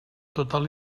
total